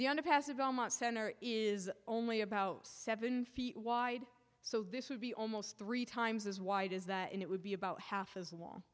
the underpasses belmont center is only about seven feet wide so this would be almost three times as wide as that and it would be about half as